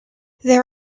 there